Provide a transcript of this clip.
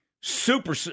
Super